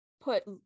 put